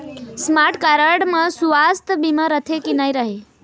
Smart card म सुवास्थ बीमा रथे की नई रहे?